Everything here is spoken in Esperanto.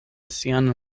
sian